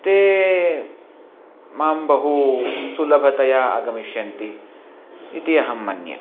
ते मां बहु सुलभतया आगमिष्यन्ति इति अहं मन्ये